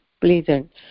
pleasant